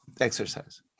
exercise